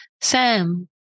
Sam